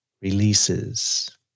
releases